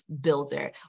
builder